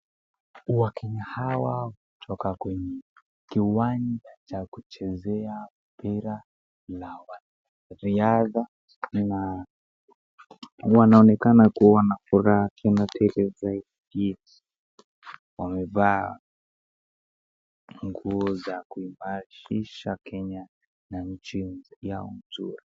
Wakenya hawa kutoka kwenye kiwanja cha kuchezea mpira la wariadha na wanaonekana kuwa na furaha tena tele zaidi .Wamevaa nguo za kuimarisha Kenya na nchi yao mzuri.